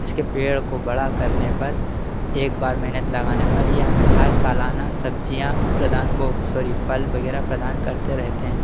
इसके पेड़ को बड़ा करने पर एक बार मेहनत लगाने पर यह हमें हर सालाना सब्जियाँ प्रदान वह सॉरी फल वगैरह प्रदान करते रहते हैं